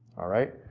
all right.